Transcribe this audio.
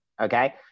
okay